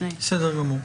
בסדר גמור.